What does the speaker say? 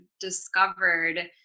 discovered